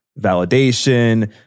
validation